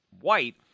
white